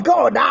God